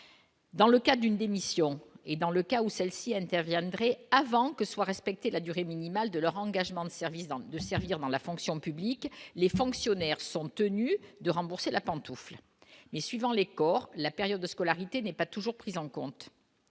Dans le cas d'une démission et dans le cas où celle-ci interviendrait avant que soit respectée la durée minimale de leur engagement de service donc de servir dans la fonction publique, les fonctionnaires sont tenus de rembourser la pantoufle mais suivant les corps, la période de scolarité n'est pas toujours pris en compte